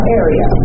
area